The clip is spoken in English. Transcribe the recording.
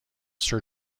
sir